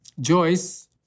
Joyce